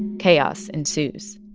chaos ensues.